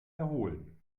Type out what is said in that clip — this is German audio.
erholen